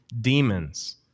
demons